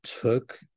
took